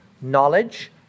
knowledge